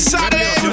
Saturday